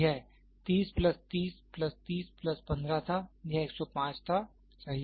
यह 30 plus 30 plus 30 plus 15 था यह 105 था सही